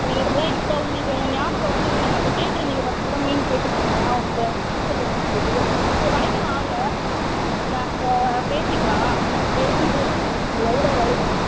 உங்க கிட்டதான் இப்போ உங்களுக்கு எங்கள் ஞாபகம் வந்துது நீங்கள் அப்போ கேட்டுருந்திங்க பத்து கிலோ மீன் கேட்டுருந்திங்களா அப்போ உங்கள் ஞாபகம் வந்துது நீங்கள் கடைக்கு வாங்க நம்ப பேசிக்கலாம் பேசிவிட்டு நம்ப எவ்வளோ வருது